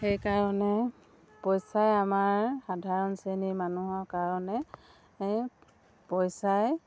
সেইকাৰণে পইচাই আমাৰ সাধাৰণ শ্ৰেণীৰ মানুহৰ কাৰণে পইচাই